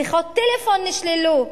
שיחות טלפון נשללו,